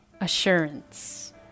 Assurance